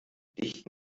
dicht